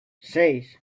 seis